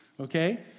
okay